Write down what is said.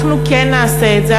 אנחנו כן נעשה את זה.